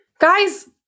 Guys